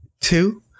Two